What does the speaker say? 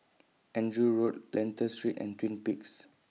Andrew Road Lentor Street and Twin Peaks